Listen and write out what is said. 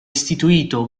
istituito